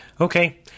Okay